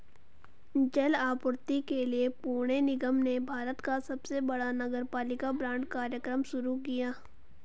जल आपूर्ति के लिए पुणे निगम ने भारत का सबसे बड़ा नगरपालिका बांड कार्यक्रम शुरू किया